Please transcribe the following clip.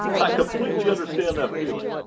i completely understand that feeling!